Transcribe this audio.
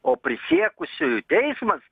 o prisiekusiųjų teismas